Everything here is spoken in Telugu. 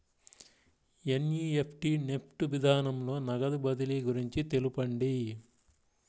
ఎన్.ఈ.ఎఫ్.టీ నెఫ్ట్ విధానంలో నగదు బదిలీ గురించి తెలుపండి?